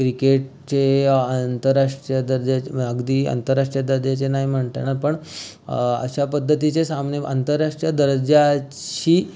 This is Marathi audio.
क्रिकेटचे आंतरराष्ट्रीय दर्जाचे अगदी आंतरराष्ट्रीय दर्जाचे नाही म्हणता येणार पण अशा पद्धतीचे सामने आंतरराष्ट्रीय दर्जाची